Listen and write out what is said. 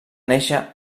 néixer